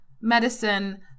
Medicine